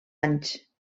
anys